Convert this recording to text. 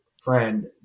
friend